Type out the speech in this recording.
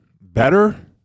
Better